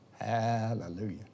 Hallelujah